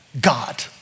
God